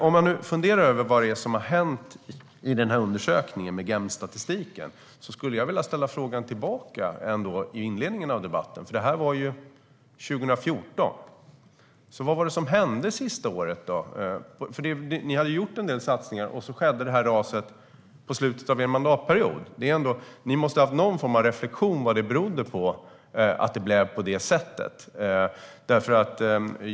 Om man funderar på det som har hänt i GEM-statistiken från 2014 vill jag ställa frågan tillbaka. Vad var det som hände det sista året? Ni hade gjort en del satsningar, och sedan skedde det här raset i slutet av er mandatperiod. Ni måste ha gjort någon form av reflektion över vad det berodde på att det blev på det sättet.